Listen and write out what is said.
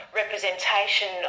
representation